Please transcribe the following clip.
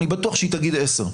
אני בטוח שהיא תגיד 10,